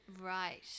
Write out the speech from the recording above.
Right